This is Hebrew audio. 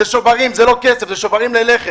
אלה שוברים, זה לא כסף, אלו שוברים ללחם.